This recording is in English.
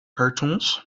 cartoons